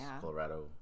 Colorado